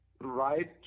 right